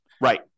Right